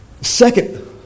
Second